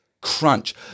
crunch